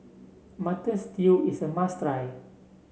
Mutton Stew is a must try